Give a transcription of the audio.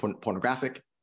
pornographic